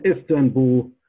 Istanbul